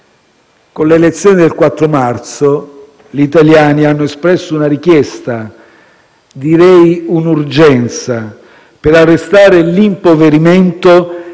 Con le elezioni del 4 marzo, gli italiani hanno espresso una richiesta - direi un'urgenza - per arrestare l'impoverimento e